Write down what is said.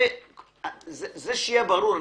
שיהיה ברור.